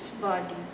body